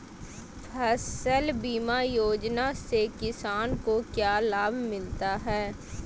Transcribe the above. फसल बीमा योजना से किसान को क्या लाभ मिलता है?